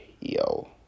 yo